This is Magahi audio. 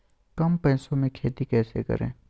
कम पैसों में खेती कैसे करें?